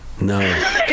no